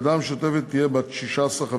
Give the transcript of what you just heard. הוועדה המשותפת תהיה בת 16 חברים,